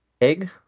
Egg